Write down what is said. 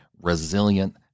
resilient